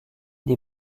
des